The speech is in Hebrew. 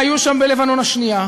והיו שם במלחמת לבנון השנייה,